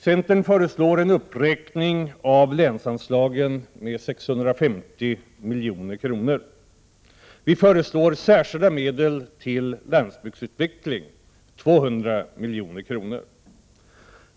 Vi föreslår 200 milj.kr. i särskilda medel till landsbygdsutveckling.